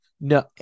no